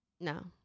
No